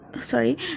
sorry